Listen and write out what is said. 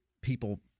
people